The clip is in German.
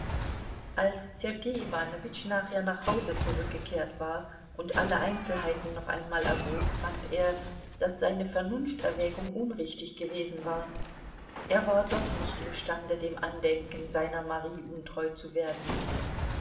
als sergei iwanowitsch nachher nach hause zurückgekehrt war und alle einzelheiten noch einmal erwog fand er daß seine vernunfterwägung unrichtig gewesen war er war doch nicht imstande dem andenken seiner marie untreu zu werden